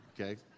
okay